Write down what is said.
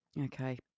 Okay